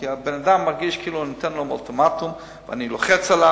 כי האדם מרגיש כאילו אני נותן לו אולטימטום ואני לוחץ עליו,